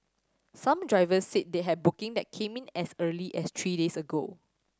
some drivers said they had booking that came in as early as three days ago